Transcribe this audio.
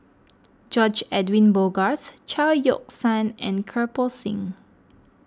George Edwin Bogaars Chao Yoke San and Kirpal Singh